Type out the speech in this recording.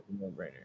no-brainer